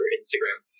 Instagram